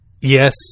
Yes